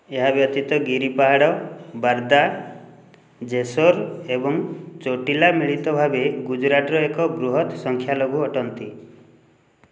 ଏହା ବ୍ୟତୀତ ଗିରି ପାହାଡ଼ ବାର୍ଦା ଜେସର୍ ଏବଂ ଚୋଟିଲା ମିଳିତ ଭାବେ ଗୁଜୁରାଟର ଏକ ବୃହତ୍ ସଂଖ୍ୟାଲଘୁ ଅଟନ୍ତି